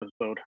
episode